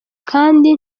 kandi